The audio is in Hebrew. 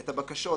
את הבקשות,